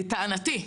שלטענתי,